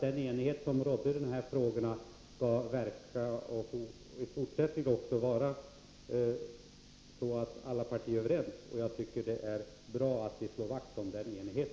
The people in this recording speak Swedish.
Den enighet som rådde i dessa frågor bör bestå, och alla partier bör vara överens. Det är bra att vi slår vakt om denna enighet.